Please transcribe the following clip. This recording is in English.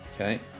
Okay